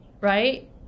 right